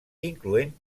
incloent